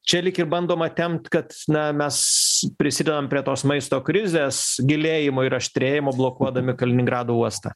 čia lyg ir bandoma tempt kad na mes prisidedam prie tos maisto krizės gilėjimo ir aštrėjimo blokuodami kaliningrado uostą